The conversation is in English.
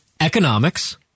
economics